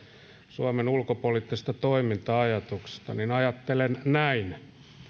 suomen ulkopoliittisesta toiminta ajatuksesta josta ajattelen näin